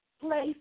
place